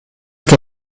che